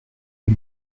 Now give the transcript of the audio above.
est